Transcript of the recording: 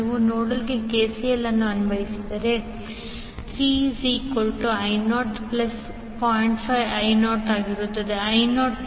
ನೀವು ನೋಡ್ನಲ್ಲಿ KCL ಅನ್ನು ಅನ್ವಯಿಸಿದರೆ 3I00